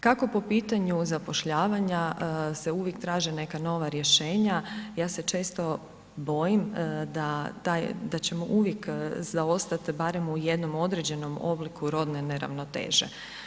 Kako po pitanju zapošljavanja se uvijek traže neka nova rješenja, ja se često bojim da ćemo uvijek zaostati barem u jednom određenom obliku rodne neravnoteže.